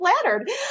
flattered